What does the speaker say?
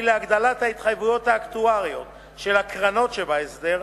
להגדלת ההתחייבויות האקטואריות של הקרנות שבהסדר,